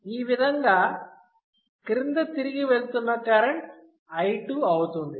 ఈ విధంగా క్రింద తిరిగి వెళ్తున్న కరెంట్ I2 అవుతుంది